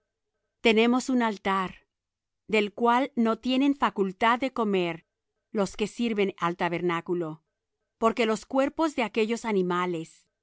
tenemos un altar del cual no tienen facultad de comer los que sirven al tabernáculo porque los cuerpos de aquellos animales